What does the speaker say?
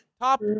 Top